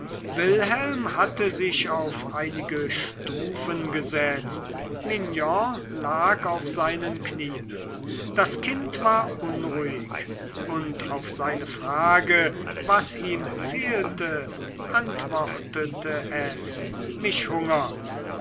wilhelm hatte sich auf einige stufen gesetzt mignon lag auf seinen knien das kind war unruhig und auf seine frage was ihm fehlte antwortete es mich hungert